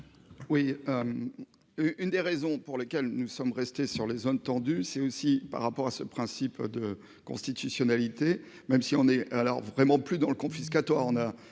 Oui. Une des raisons pour lesquelles nous sommes restés sur les zones tendues, c'est aussi par rapport à ce principe de constitutionnalité. Même si on est alors vraiment plus dans le confiscatoire,